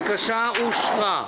הבקשה אושרה.